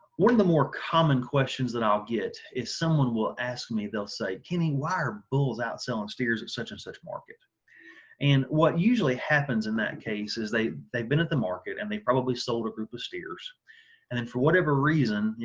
one of the more common questions that i'll get if someone will ask me they'll say kenny why are bulls outselling steers at such-and-such market and what usually happens in that case is they they've been at the market and they probably sold a group of steers and then for whatever reason,